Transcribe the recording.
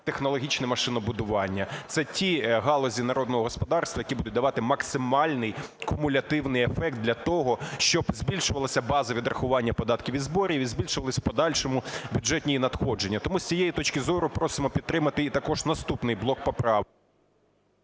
високотехнологічне машинобудування, це ті галузі народного господарства, які будуть давати максимальний кумулятивний ефект для того, щоб збільшувалась база відрахування податків і зборів і збільшувались в подальшому бюджетні надходження. Тому з цієї точки зору просимо підтримати також наступний блок поправок.